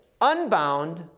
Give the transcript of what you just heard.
unbound